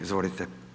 Izvolite.